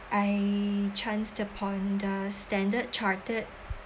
I chanced upon the standard chartered